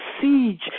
siege